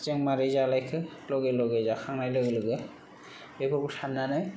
जों मारै जालायखो लगे लगे जाखांनाय लोगो लोगो बेफोरखौ सान्नानै